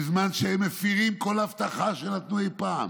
בזמן שהם מפירים כל הבטחה שנתנו אי פעם.